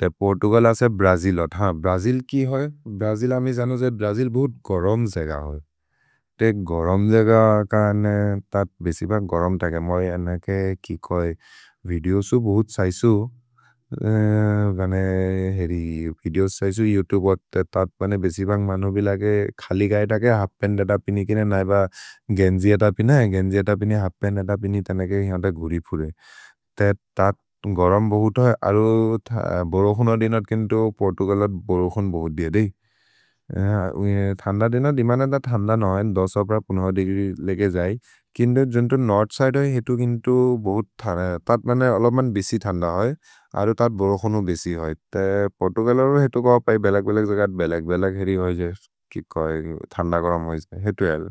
ते पोर्तुगल् असे भ्रजिलोत्। ह, भ्रजिल् कि होइ?। भ्रजिल् अमे जनो जे भ्रजिल् बुत् गरम् जेग होइ। ते गरम् जेग कने?। तत् बेसिबक् गरम् तके मै अनके कि खोइ। विदेओसु बुत् सैसु। गने हेरि, विदेओसु सैसु योउतुबे अते। तत् बने बेसिबक् मनो बिलके खलि गै तके, हल्फ् पन् दे तपिनि किने, नैब गेन्जि ए तपिनि। गेन्जि ए तपिनि, हल्फ् पन् दे तपिनि तनेके हिअत घुरि फुरे। ते तत् गरम् बहुत होइ, अरो बरोखोन दिनत्, केन्तो पोर्तुगल् अत् बरोखोन बहुदिअ देहि। थन्द दिनत्, दिमन त थन्द नहैन्, देग्री लेके जै। केन्तो जन्तो नोर्थ् सिदे होइ, हेतु केन्तो बहुत्, तत् मने अलमन् बेसि थन्द होइ, अरो तत् बरोखोन बेसि होइ। ते पोर्तुगल् अरो हेतु गौ पै, बेलक्-बेलक् जगत्, बेलक्-बेलक् हेरि होइ जे, कि कै, थन्द गरम् होइ जे, हेतु अल्।